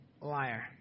liar